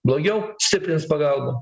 blogiau stiprins pagalbą